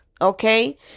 Okay